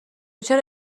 چرا